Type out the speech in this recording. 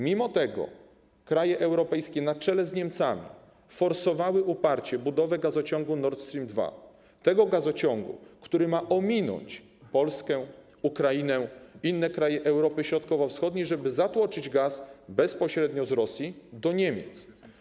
Mimo to kraje europejskie na czele z Niemcami uparcie forsowały budowę gazociągu Nord Stream 2, tego gazociągu, który ma ominąć Polskę, Ukrainę i inne kraje Europy Środkowo-Wschodniej, żeby zatłoczyć gaz bezpośrednio z Rosji do Niemiec.